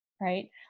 right